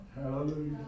Hallelujah